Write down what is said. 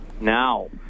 Now